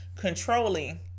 Controlling